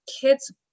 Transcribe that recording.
kids